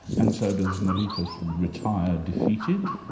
and so does meletus retire defeated?